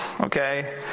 okay